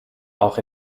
auch